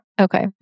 Okay